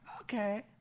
Okay